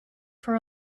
for